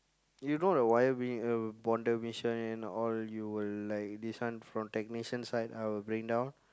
you know the wire being uh and all you will like this one from technician side I will bring down